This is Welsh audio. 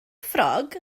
ffrog